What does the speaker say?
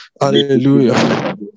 Hallelujah